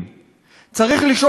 צריך לשאול שתי שאלות: